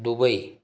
Dubai